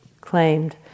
claimed